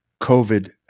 COVID